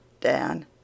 Dan